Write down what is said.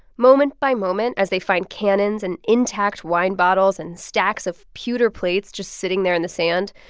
moment by moment, as they find cannons and intact wine bottles and stacks of pewter plates just sitting there in the sand,